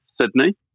Sydney